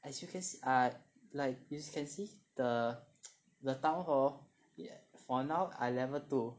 as you can see err like you can see the the town hall yeah for now I level two